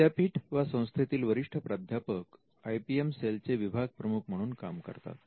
विद्यापीठ वा संस्थेतील वरिष्ठ प्राध्यापक आयपीएम सेल चे विभागप्रमुख म्हणून काम करतात